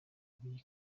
b’iyi